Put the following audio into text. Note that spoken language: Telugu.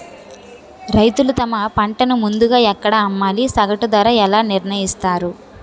రైతులు తమ పంటను ముందుగా ఎక్కడ అమ్మాలి? సగటు ధర ఎలా నిర్ణయిస్తారు?